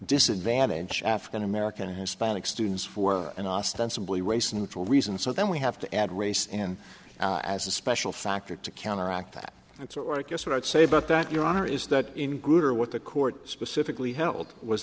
disadvantage african american and hispanic students for an ostensibly race neutral reason so then we have to add race and as a special factor to counteract that that's where i guess what i'd say about that your honor is that in good or what the court specifically held was